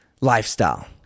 lifestyle